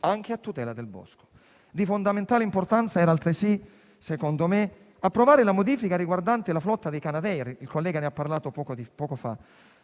anche del bosco. Di fondamentale importanza era altresì, secondo me, approvare la modifica riguardante la flotta dei Canadair - un collega ne ha parlato poco fa